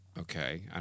Okay